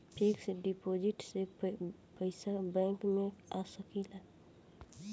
Fix deposit से पैसा bank मे आ सकी कि ना?